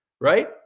right